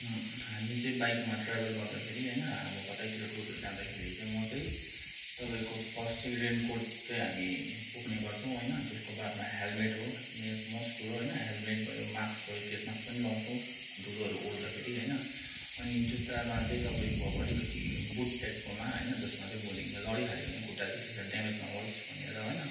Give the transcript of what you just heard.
हामी चाहिँ बाइकमा ट्राभल गर्दाखेरि होइन अब कतैतिर टुरहरू जाँदाखेरि चाहिँ म चाहिँ तपाईँको फर्स्ट चाहिँ रेनकोट चाहिँ हामी बोक्ने गर्छौँ होइन त्यसको बादमा हेलमेट हो मोस्ट कुरो होइन हेलमेट भयो माक्स भयो फेसमाक्स पनि लगाउँछौँ धुलोहरू उड्दाखेरि होइन अनि जुत्तामा चाहिँ तपाईँको अब अलिकति बुट टाइपकोमा होइन जसमा चाहिँ भोलि लडिहाल्यो भने खुट्टा चाहिँ त्यसमा ड्यामेज नहोस् भनेर होइन